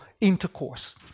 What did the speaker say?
intercourse